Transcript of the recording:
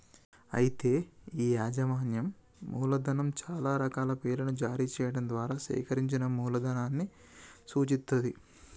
అయితే ఈ యాజమాన్యం మూలధనం చాలా రకాల పేర్లను జారీ చేయడం ద్వారా సేకరించిన మూలధనాన్ని సూచిత్తది